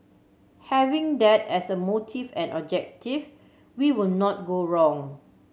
having that as a motive and objective we will not go wrong